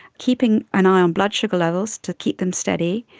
keeping an eye on blood sugar levels, to keep them steady.